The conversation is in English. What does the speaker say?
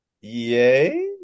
Yay